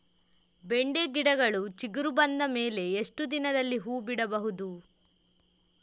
ಬೆಂಡೆ ಗಿಡಗಳು ಚಿಗುರು ಬಂದ ಮೇಲೆ ಎಷ್ಟು ದಿನದಲ್ಲಿ ಹೂ ಬಿಡಬಹುದು?